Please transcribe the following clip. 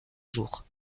jour